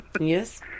Yes